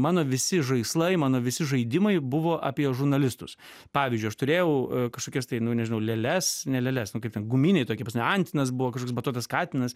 mano visi žaislai mano visi žaidimai buvo apie žurnalistus pavyzdžiui aš turėjau kažkokias tai nu nežinau lėles ne lėles nu kaip ten guminiai tokie pas mane antinas buvo kažkoks batuotas katinas